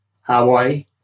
Hawaii